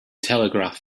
telegraph